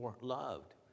loved